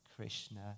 Krishna